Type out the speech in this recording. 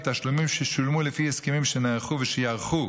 תשלומים ששולמו לפי הסכמים שנערכו ושייערכו